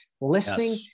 listening